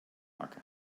makke